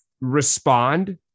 respond